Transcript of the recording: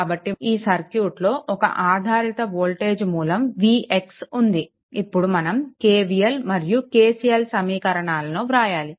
కాబట్టి ఈ సర్క్యూట్లో ఒక ఆధారిత వోల్టేజ్ మూలం vx ఉంది ఇప్పుడు మనం KVL మరియు KCL సమీకరణాలను వ్రాయాలి